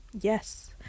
Yes